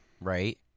right